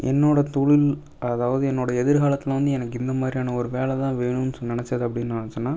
என்னோடய தொழில் அதாவது என்னோடய எதிர்காலத்தில் வந்து எனக்கு இந்த மாதிரியான ஒரு வேலை தான் வேணும் நினச்சது அப்படின்னு நான் சொன்னால்